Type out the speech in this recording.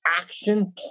action